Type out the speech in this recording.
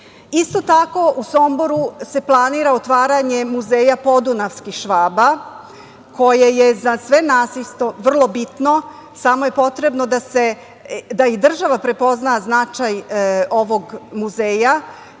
tako, u Somboru se planira otvaranje muzeja „Podunavski Švaba“, koji je za sve nas vrlo bitno, samo je potrebno da i država prepozna značaj ovog muzeja